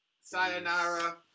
Sayonara